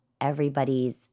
everybody's